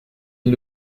est